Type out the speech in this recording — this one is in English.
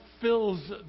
fills